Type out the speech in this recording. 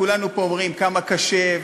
כולנו פה אומרים כמה קשה,